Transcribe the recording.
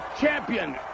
champion